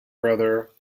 brother